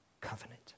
covenant